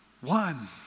one